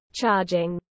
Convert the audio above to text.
charging